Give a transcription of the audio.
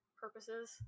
purposes